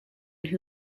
who